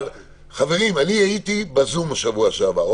חברים, אני הייתי בזום בשבוע שעבר.